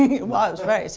it was. right.